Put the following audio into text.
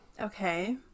okay